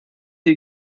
die